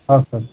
ಹೌದು ಸರ್